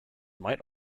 might